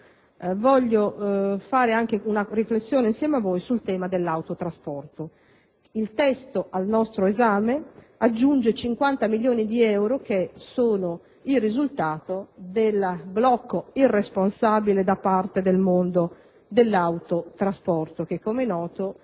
Voglio ora fare una riflessione insieme a voi sul tema dell'autotrasporto. Il testo al nostro esame aggiunge 50 milioni di euro, che sono il risultato del blocco irresponsabile esercitato dal mondo dell'autotrasporto, che (come è noto)